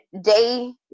day